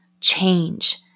change